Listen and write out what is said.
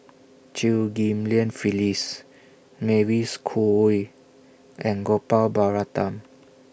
Chew Ghim Lian Phyllis Mavis Khoo Oei and Gopal Baratham